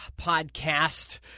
podcast